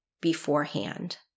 beforehand